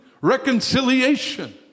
reconciliation